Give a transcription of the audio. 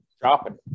Dropping